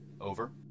Over